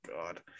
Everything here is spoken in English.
god